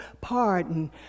pardon